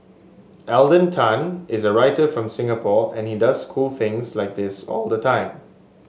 Alden Tan is a writer from Singapore and he does cool things like that all the time